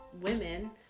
women